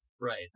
Right